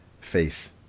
face